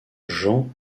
jean